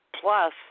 Plus